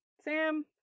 Sam